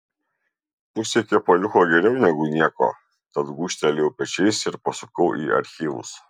pusė kepaliuko geriau negu nieko tad gūžtelėjau pečiais ir pasukau į archyvus